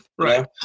Right